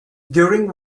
during